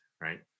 right